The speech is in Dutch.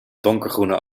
donkergroene